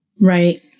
Right